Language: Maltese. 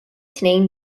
tnejn